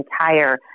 entire